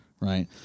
Right